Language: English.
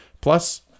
plus